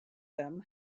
them